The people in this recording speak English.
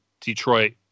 Detroit